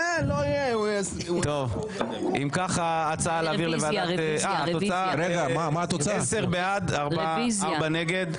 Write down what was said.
אם כך, 10 בעד, 4 נגד.